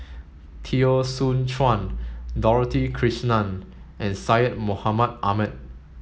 Teo Soon Chuan Dorothy Krishnan and Syed Mohamed Ahmed